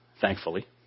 thankfully